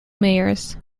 mayors